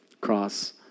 cross